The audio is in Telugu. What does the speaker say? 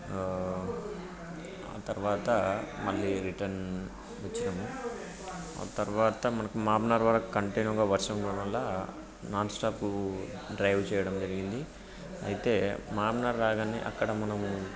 ఆ తరువాత మళ్ళీ రిటర్న్ వచ్చినాము ఆ తరువాత మనకు మామ్నాడు వరకు కంటిన్యూగా వర్షం పడటం వల్ల నాన్స్టాపు డ్రైవ్ చేయడం జరిగింది అయితే మామ్నాడు రాగానే అక్కడ మనము